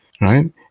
right